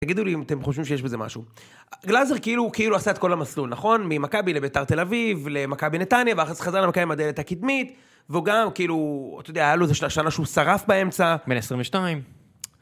תגידו לי אם אתם חושבים שיש בזה משהו. גלזר כאילו, כאילו עשה את כל המסלול, נכון? ממכבי לביתר תל אביב, למכבי נתניה, ואחרי זה חזר למכבי מדלת הקדמית, והוא גם כאילו, אתה יודע, היה לו איזה שלושה שנה שהוא שרף באמצע. בין 22.